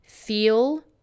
feel